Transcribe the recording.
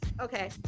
Okay